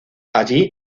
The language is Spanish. allí